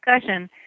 discussion